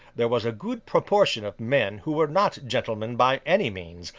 there was a good proportion of men who were not gentlemen by any means,